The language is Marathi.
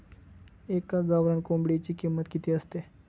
एका गावरान कोंबडीची किंमत किती असते?